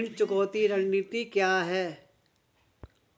ऋण चुकौती रणनीति क्या है?